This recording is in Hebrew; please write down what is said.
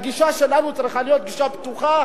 הגישה שלנו צריכה להיות גישה פתוחה,